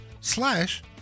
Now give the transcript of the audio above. slash